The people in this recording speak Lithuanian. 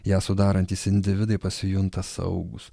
ją sudarantys individai pasijunta saugūs